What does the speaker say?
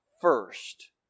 first